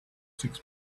six